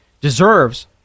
deserves